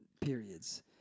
periods